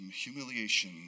humiliation